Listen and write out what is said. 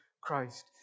Christ